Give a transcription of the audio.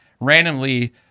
randomly